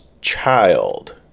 child